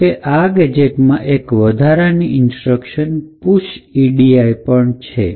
જોકે આ ગેજેટમાં એક વધારાની ઇન્સ્ટ્રક્શન push edi પણ છે